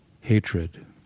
hatred